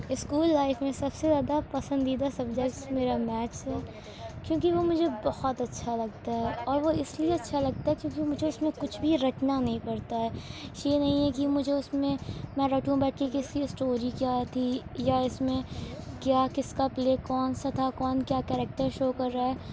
school life میں سب سے زیادہ پسندیدہ سبجیکٹ میرا میتھس ہے کیونکہ وہ مجھے بہت اچھا لگتا ہے اور وہ اس لیے اچھا لگتا ہے کیونکہ مجھے اس میں کچھ بھی رٹنا نہیں پڑتا ہے یہ نہیں ہے کہ مجھے اس میں میں رٹوں بیٹھ کے کہ اس کی اسٹوری کیا تھی یا اس میں کیا کس کا پلے کون سا تھا کون کیا کیریکٹر شو کر رہا ہے